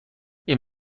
این